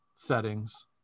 settings